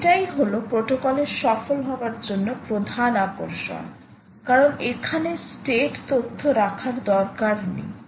এটাই হলো প্রোটোকলের সফল হওয়ার জন্য প্রধান আকর্ষণ কারণ এখানে স্টেট তথ্য রাখার দরকার নেই